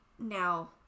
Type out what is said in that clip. Now